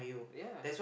yeah